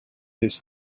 his